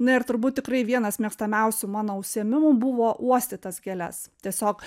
na ir turbūt tikrai vienas mėgstamiausių mano užsiėmimų buvo uostyt tas kelias tiesiog